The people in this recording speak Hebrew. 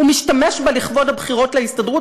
הוא משתמש בה לכבוד הבחירות להסתדרות.